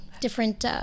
different